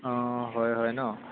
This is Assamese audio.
অঁ হয় হয় ন